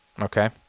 Okay